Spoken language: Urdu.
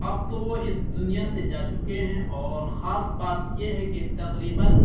اب تو وہ اس دنیا سے جا چکے ہیں اور خاص بات یہ ہے کہ تقریباً